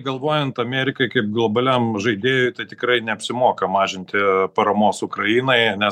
galvojant amerikai kaip globaliam žaidėjui tai tikrai neapsimoka mažinti paramos ukrainai nes